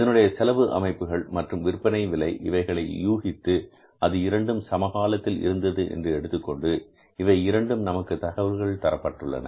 இதனுடைய செலவு அமைப்புகள் மற்றும் விற்பனை விலை இவைகளை யூகித்து அது இரண்டும் சமகாலத்தில் இருந்தது என்று எடுத்துக்கொண்டு இவை இரண்டும் நமக்கு தகவல்கள் தரப்பட்டுள்ளன